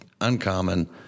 uncommon